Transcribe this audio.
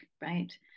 right